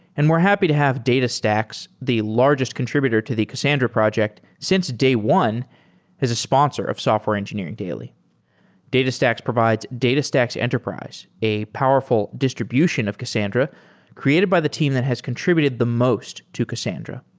and we're happy to have datastax, the largest contributed to the cassandra project since day one as a sponsor of software engineering daily datastax provides datastax enterprise, a powerful distribution of cassandra created by the team that has contributed the most to cassandra.